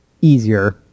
easier